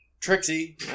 Trixie